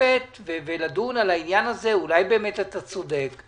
לשבת ולדון על העניין הזה, אולי באמת אתה צודק.